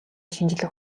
шинжлэх